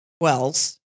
Wells